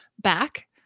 back